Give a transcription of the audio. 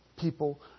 People